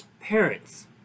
Parents